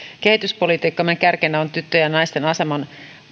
kehityspolitiikkamme kärkenä on tyttöjen ja naisten aseman